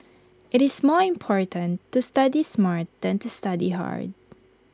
IT is more important to study smart than to study hard